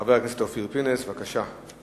חבר הכנסת אופיר פינס, בבקשה.